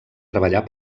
treballar